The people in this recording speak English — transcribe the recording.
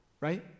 right